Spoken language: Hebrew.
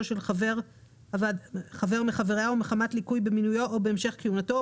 של חבר מחבריה או מחמת ליקוי במינויו או בהמשך כהונתו,